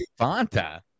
Fanta